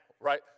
right